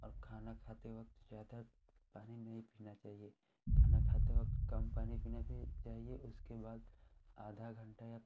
और खाना खाते वक्त ज़्यादा पानी नहीं पीना चाहिए खाना खाते वक्त कम पानी पीना चाहिए उसके बाद आधा घन्टा या